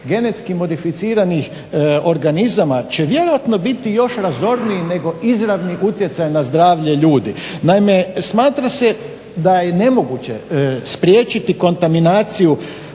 genetski modificiranih organizama će vjerojatno biti još razorniji nego izravni utjecaj na zdravlje ljudi. Naime, smatra se da je nemoguće spriječiti kontaminaciju